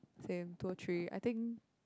same two three I think